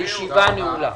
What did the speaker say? הישיבה נעולה.